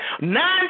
nine